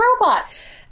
robots